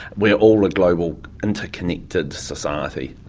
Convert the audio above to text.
we are all a global interconnected society.